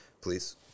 Please